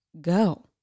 go